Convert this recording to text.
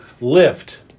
lift